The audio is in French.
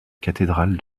cathédrale